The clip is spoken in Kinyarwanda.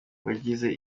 bagize